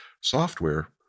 software